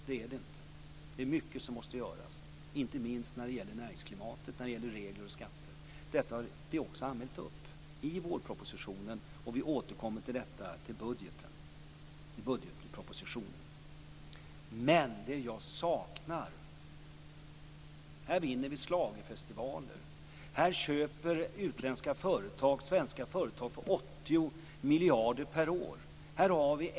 Det är det inte. Det är mycket som måste göras, inte minst när det gäller näringsklimatet och när det gäller regler och skatter. Detta har vi också tagit upp i vårpropositionen, och vi återkommer till detta i budgetpropositionen. Men jag saknar något. Här vinner vi schlagerfestivaler. Här köper utländska företag svenska företag för 80 miljarder per år.